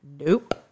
nope